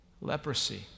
leprosy